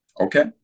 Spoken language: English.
okay